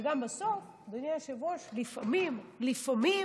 וגם בסוף, אדוני היושב-ראש, לפעמים, לפעמים